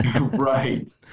Right